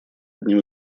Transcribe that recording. одним